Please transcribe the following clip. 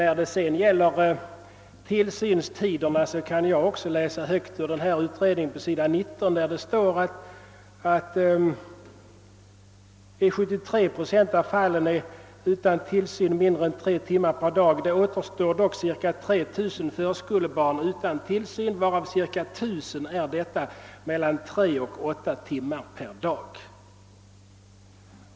Vad tillsynstiderna beträffar kan jag också läsa högt ur utredningen. På s. 19 står det att barnen »i 73 70 av fallen är utan tillsyn mindre än 3 timmar per dag. Det återstår dock ca 3 000 förskolebarn utan tillsyn varav ca 1000 är detta mellan 3 och 8 timmar per dag».